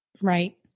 Right